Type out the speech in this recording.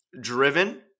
driven